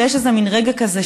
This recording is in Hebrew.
ויש איזה מין רגע כזה,